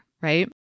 right